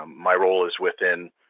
um my role is within